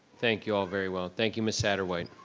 thank you all very well, thank you miss saderwhite.